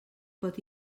pot